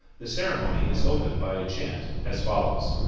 the ceremonial is opened by a chant as follows